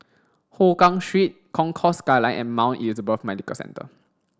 Hougang Concourse Skyline and Mount Elizabeth Medical Centre